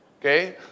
Okay